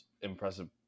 impressive